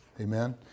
Amen